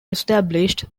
established